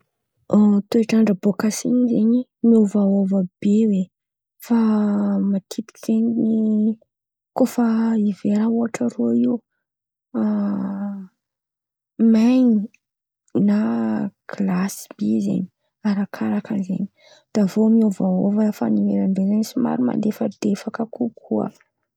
Toetr'andra bôkà shine zen̈y miôvaôva be hoe fa matetiky zen̈y kôa efa hiver ohatra irô io main̈y na glasy be zen̈y, arakaraka zen̈y. Dia avy eo miôvaôva fa nereo ndray zen̈y somary malefadefaka kokoa.